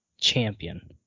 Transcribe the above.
champion